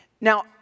Now